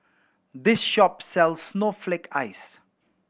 this shop sells snowflake ice